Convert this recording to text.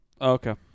Okay